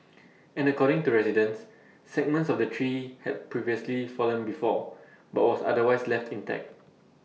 and according to residents segments of the tree had previously fallen before but was otherwise left intact